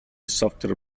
software